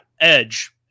edge